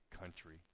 country